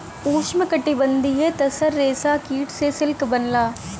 उष्णकटिबंधीय तसर रेशम कीट से सिल्क बनला